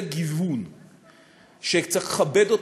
זה גיוון שצריך לכבד,